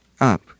up